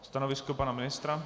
Stanovisko pana ministra?